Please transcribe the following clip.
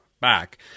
back